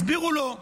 הסבירו לו,